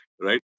right